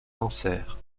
cancer